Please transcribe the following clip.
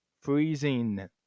freezing